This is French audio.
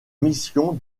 missions